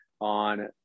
on